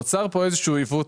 נוצר פה איזה שהוא עיוות,